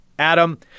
Adam